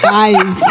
Guys